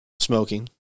smoking